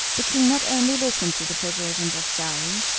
the king not only listened to the persuasions of saouy,